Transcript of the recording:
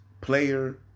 player